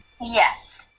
Yes